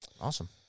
Awesome